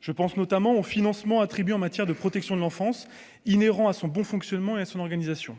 je pense notamment au financement attribue en matière de protection de l'enfance inhérent à son bon fonctionnement et son organisation,